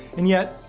and yet,